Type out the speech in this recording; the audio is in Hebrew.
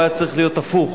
הוא היה צריך להיות הפוך,